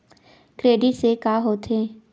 Credit से का होथे?